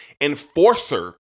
enforcer